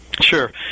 Sure